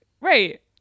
Right